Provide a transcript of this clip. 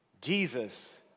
Jesus